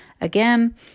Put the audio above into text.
Again